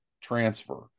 transfer